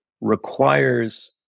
requires